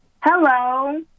Hello